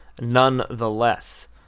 nonetheless